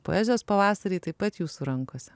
poezijos pavasariai taip pat jūsų rankose